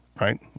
right